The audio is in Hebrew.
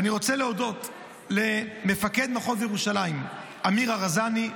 ואני רוצה להודות למפקד מחוז ירושלים אמיר ארזני,